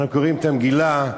אנחנו קוראים את המגילה.